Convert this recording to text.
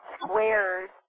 squares